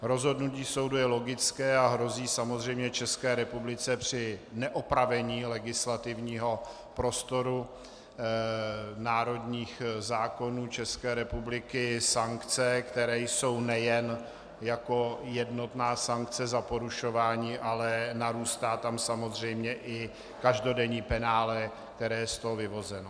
Rozhodnutí soudu je logické a hrozí samozřejmě České republice při neopravení legislativního prostoru národních zákonů České republiky sankce, které jsou nejen jako jednotná sankce za porušování, ale narůstá tam samozřejmě i každodenní penále, které je z toho vyvozeno.